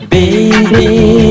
Baby